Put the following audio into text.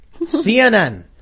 CNN